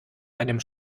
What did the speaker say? einem